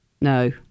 No